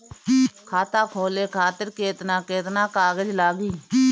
खाता खोले खातिर केतना केतना कागज लागी?